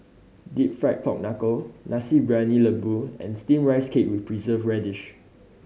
Deep Fried Pork Knuckle Nasi Briyani Lembu and Steamed Rice Cake with Preserved Radish